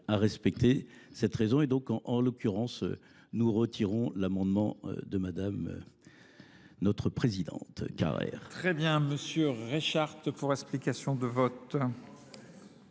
à respecter cette raison. Et donc, en l'occurrence, nous retirons l'amendement de madame notre présidente Carrère. Très Très bien, monsieur Réchart, pour explication de vote.